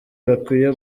bakwiye